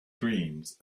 dreams